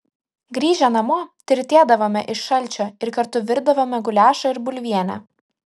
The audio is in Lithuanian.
grįžę namo tirtėdavome iš šalčio ir kartu virdavome guliašą ir bulvienę